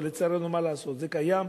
אבל לצערנו זה קיים,